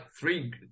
three